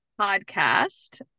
podcast